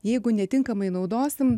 jeigu netinkamai naudosim